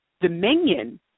dominion